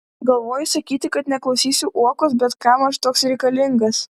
galvoju sakyti kad neklausysiu uokos bet kam aš toks reikalingas